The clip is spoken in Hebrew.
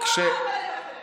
כבר עדיף שירים של נעמי שמר.